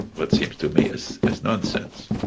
what seems to me as as nonsense.